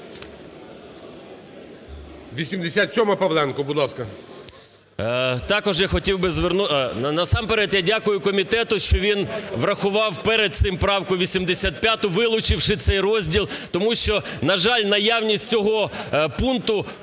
87-а - Павленко. Будь ласка.